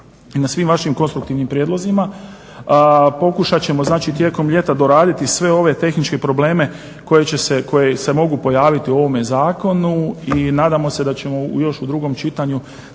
i na svim vašim konstruktivnim prijedlozima. Pokušat ćemo znači tijekom ljeta doraditi sve ove tehničke probleme koji se mogu pojaviti u ovome zakonu i nadamo se da ćemo još u drugom čitanju